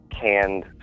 canned